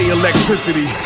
electricity